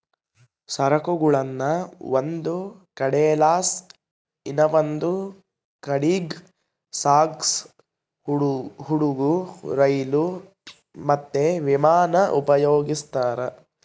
ಸರಕುಗುಳ್ನ ಒಂದು ಕಡೆಲಾಸಿ ಇನವಂದ್ ಕಡೀಗ್ ಸಾಗ್ಸಾಕ ಹಡುಗು, ರೈಲು, ಮತ್ತೆ ವಿಮಾನಾನ ಉಪಯೋಗಿಸ್ತಾರ